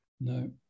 No